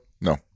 No